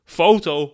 foto